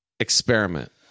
Experiment